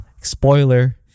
spoiler